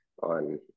on